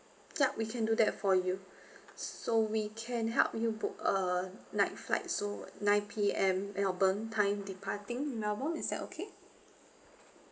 yup we can do that for you so we can help you book a night flight so nine P_M melbourne time departing melbourne is that okay